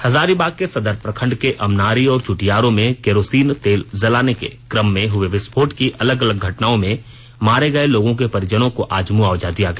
हजारीबाग के सदर प्रखंड के अमनारी और चुटियारो में केरोसिन तेल जलाने के क्रम में हुए विस्फोट की अलग अलग घटना में मारे गये लोगों के परिजनों को आज मुआवजा दिया गया